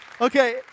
Okay